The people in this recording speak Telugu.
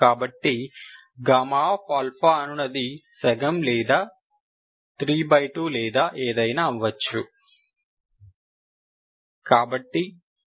కాబట్టి అనునది సగం లేదా 32 లేదా ఏదైనా అవ్వవచ్చు